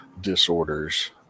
disorders